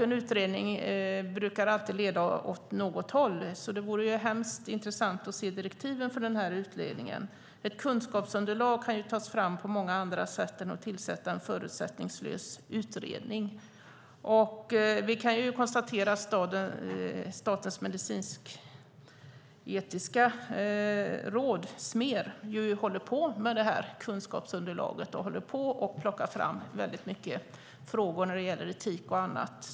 En utredning brukar alltid leda åt något håll. Det vore hemskt intressant att se direktiven för utredningen. Ett kunskapsunderlag kan tas fram på många andra sätt än genom att tillsätta en förutsättningslös utredning. Vi kan konstatera att Statens medicinsk-etiska råd, SMER, håller på med detta kunskapsunderlag och håller på att plocka fram många frågor när det gäller etik och annat.